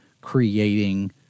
creating